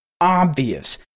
obvious